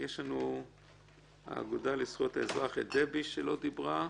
דבי מהאגודה לזכויות האזרח לא דיברה,